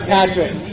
Patrick